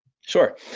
Sure